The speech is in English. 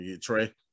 Trey